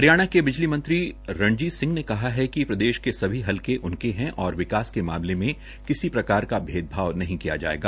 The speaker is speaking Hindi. हरियाणा के बिजली मंत्री रणजीत सिंह ने कहा है कि प्रदेश के सभी हलके उनके हैं और विकास के मामले में किसी प्रकार का भेदभाव नहीं किया जाएगा